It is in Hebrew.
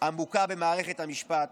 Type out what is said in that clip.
עמוקה במערכת המשפט,